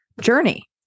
journey